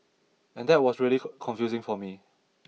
and that was really confusing for me